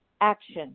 action